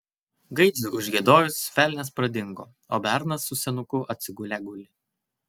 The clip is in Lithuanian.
gaidžiui užgiedojus velnias pradingo o bernas su senuku atsigulę guli